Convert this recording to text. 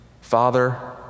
Father